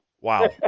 Wow